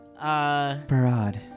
Barad